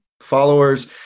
followers